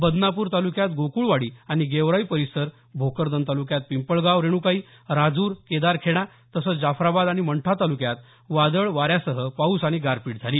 बदनापूर तालुक्यात गोकुळवाडी आणि गेवराई परिसर भोकरदन तालुक्यात पिंपळगाव रेणुकाई राजूर केदारखेडा तसंच जाफराबाद आणि मंठा तालुक्यात वादळ वाऱ्यासह पाऊस आणि गारपीट झाली